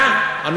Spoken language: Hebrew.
כמה נכדים?